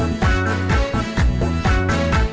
them and